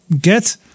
get